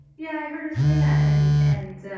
yeah, i heard her say that. and, and